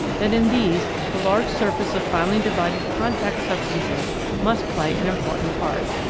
that in these the large surface of finely divided contact substances must play an important part.